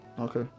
Okay